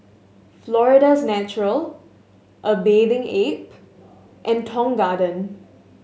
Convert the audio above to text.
Florida's Natural A Bathing Ape and Tong Garden